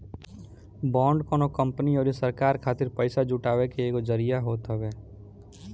bond कवनो company अउरी सरकार खातिर पईसा जुटाए के एगो जरिया होत हवे